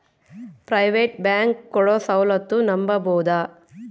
Private bank ಕೊಡೊ ಸೌಲತ್ತು ನಂಬಬೋದ?